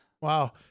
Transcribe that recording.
Wow